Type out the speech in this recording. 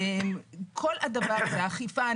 האכיפה,